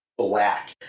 black